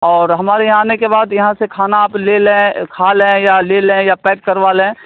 اور ہمارے یہاں آنے کے بعد یہاں سے کھانا آپ لے لیں کھا لیں یا لے لیں یا پیک کروا لیں